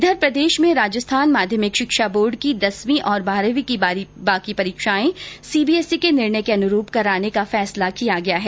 इधर प्रदेश में राजस्थान माध्यमिक शिक्षा बोर्ड की दसवीं और बारहवीं की बाकी परीक्षाएं सीबीएसई के निर्णय के अनुरूप करने का फैसला किया गया है